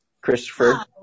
Christopher